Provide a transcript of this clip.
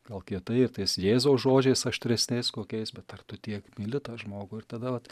gal kietai ir tais jėzaus žodžiais aštresniais kokiais bet ar tu tiek myli tą žmogų ir tada vat